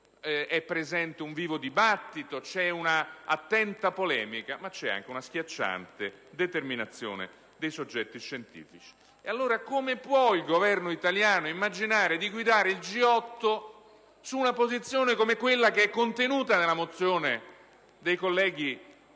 è presente un vivo dibattito, c'è un'attenta polemica, ma c'è anche una schiacciante determinazione dei soggetti scientifici. Come può il Governo italiano immaginare di guidare il G8 su una posizione come quella contenuta nella mozione che